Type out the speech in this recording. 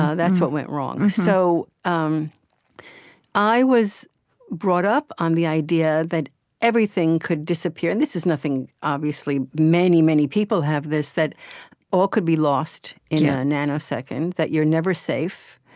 that's what went wrong. so um i was brought up on the idea that everything could disappear and this is nothing, obviously many, many people have this that all could be lost in a nanosecond, that you're never safe,